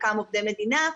חלקם עובדי מדינה,